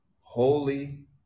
holy